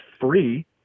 free